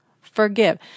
forgive